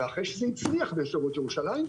ואחרי שזה הצליח בשדרות ירושלים,